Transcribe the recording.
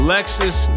Lexus